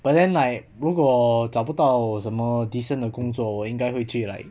but then like 如果找不到什么 decent 的工作我该会去 like